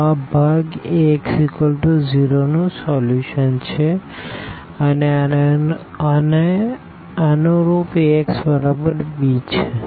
તો આ ભાગ Ax0 નું સોલ્યુશન છે આને અનુરૂપ Ax બરાબર b છે ઇક્વેશન